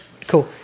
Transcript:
cool